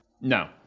No